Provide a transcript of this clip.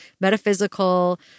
metaphysical